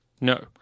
No